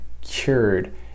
cured